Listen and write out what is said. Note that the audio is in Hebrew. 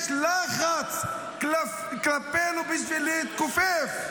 יש לחץ כלפינו בשביל שנתכופף,